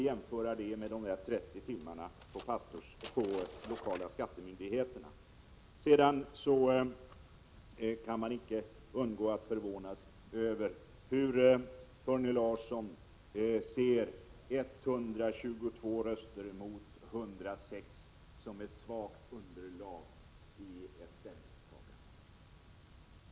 Jämför det med de 30 timmarnas öppethållande på lokala skattemyndigheten. Jag kan inte undgå att förvånas över hur Torgny Larsson kan se 122 röster mot 106 röster som ett svagt underlag för ett ställningstagande.